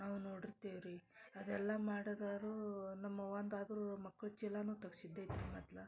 ನಾವು ನೋಡಿರ್ತೀವ್ರೀ ಅದೆಲ್ಲಾ ಮಾಡದಾರೂ ನಮ್ಮವ್ವಂದಾದ್ರೂ ಮಕ್ಳ್ ಚೀಲಾನು ತಗ್ಸಿದೈತ್ರಿ ಮದ್ಲ